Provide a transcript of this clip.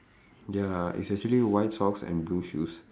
ya it's actually white socks and blue shoes